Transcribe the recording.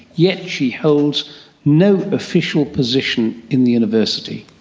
yet she holds no official position in the university.